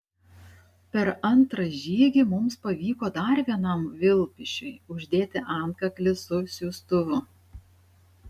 per antrą žygį mums pavyko dar vienam vilpišiui uždėti antkaklį su siųstuvu